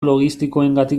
logistikoengatik